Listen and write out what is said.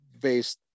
based